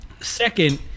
Second